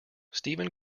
stephen